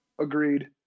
Agreed